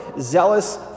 zealous